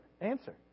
answer